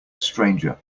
stranger